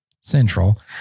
Central